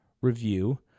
review